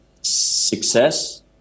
success